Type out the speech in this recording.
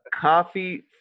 coffee